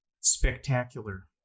Spectacular